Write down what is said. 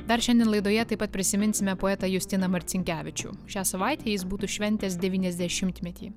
dar šiandien laidoje taip pat prisiminsime poetą justiną marcinkevičių šią savaitę jis būtų šventęs devyniasdešimtmetį